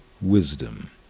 Wisdom